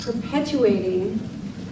perpetuating